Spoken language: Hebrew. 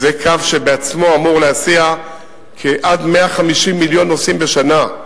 זה קו שבעצמו אמור להסיע עד 150 מיליון נוסעים בשנה.